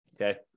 okay